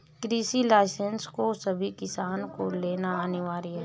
कृषि लाइसेंस को सभी किसान को लेना अनिवार्य है